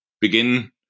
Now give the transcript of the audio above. begin